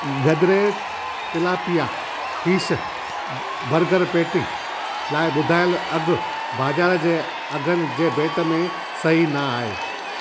गडरे tilapia fish burger patty लाइ ॿुधायल अघु बाज़ारि जे अघनि जे भेट में सही न आहे